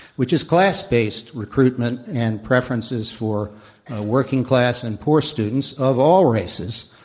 which is class based recruitment and preferences for working class and poor students of all races.